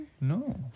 No